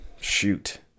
Shoot